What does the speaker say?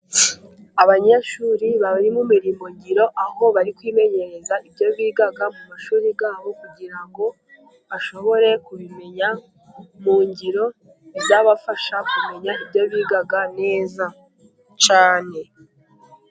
Abanyeshuri bari mu mirimongiro, aho bari kwimenyereza ibyo biga mu mashuri ya bo, kugira ngo bashobore kubimenya mu ngiro, bizabafasha kumenya ibyo biga neza cyane.